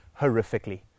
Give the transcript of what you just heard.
horrifically